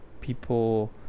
People